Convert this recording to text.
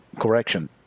correction